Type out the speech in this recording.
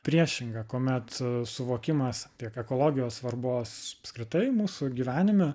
priešinga kuomet suvokimas tiek ekologijos svarbos apskritai mūsų gyvenime